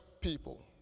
people